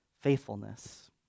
faithfulness